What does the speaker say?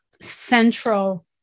central